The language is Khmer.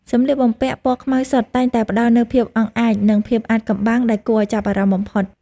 សម្លៀកបំពាក់ពណ៌ខ្មៅសុទ្ធតែងតែផ្តល់នូវភាពអង់អាច និងភាពអាថ៌កំបាំងដែលគួរឱ្យចាប់អារម្មណ៍បំផុត។